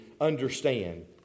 understand